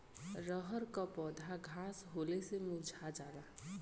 रहर क पौधा घास होले से मूरझा जाला